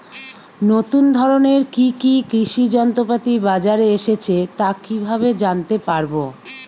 নতুন ধরনের কি কি কৃষি যন্ত্রপাতি বাজারে এসেছে তা কিভাবে জানতেপারব?